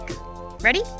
Ready